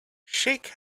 shake